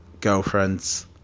girlfriends